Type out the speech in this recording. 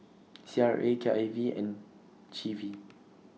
C R A K I V and G V